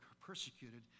persecuted